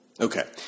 okay